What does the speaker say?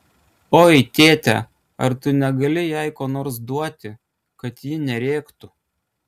oi tėte ar tu negali jai ko nors duoti kad ji nerėktų